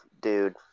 dude